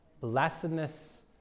blessedness